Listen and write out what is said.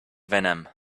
venom